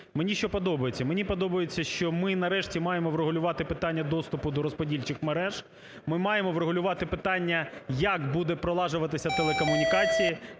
Мені що подобається? Мені подобається, що ми нарешті маємо врегулювати питання доступу до розподільчих мереж, ми маємо врегулювати питання як буде пролажуватися телекомунікації,